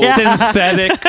synthetic